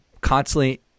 constantly